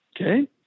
Okay